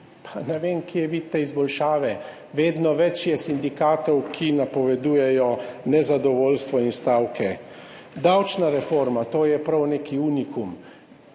– ne vem, kje vidite izboljšave. Vedno več je sindikatov, ki napovedujejo nezadovoljstvo in stavke. Davčna reforma, to je prav neki unikum.